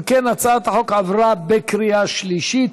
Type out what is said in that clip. אם כן, הצעת החוק עברה בקריאה שלישית